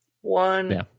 one